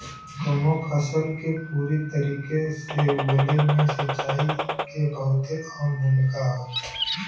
कउनो फसल के पूरी तरीके से उगले मे सिंचाई के बहुते अहम भूमिका हौ